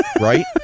Right